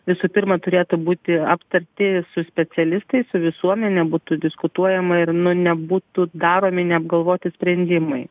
visų pirma turėtų būti aptarti su specialistais su visuomene būtų diskutuojama ir nu nebūtų daromi neapgalvoti sprendimai